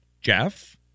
Jeff